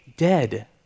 dead